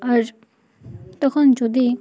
আর তখন যদি